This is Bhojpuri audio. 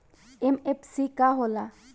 एम.एफ.सी का होला?